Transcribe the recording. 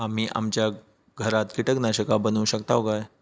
आम्ही आमच्या घरात कीटकनाशका बनवू शकताव काय?